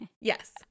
Yes